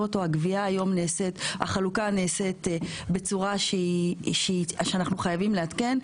החלוקה נעשית בצורה שאנחנו חייבים לעדכן,